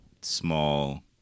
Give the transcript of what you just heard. small